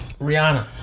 Rihanna